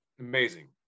amazing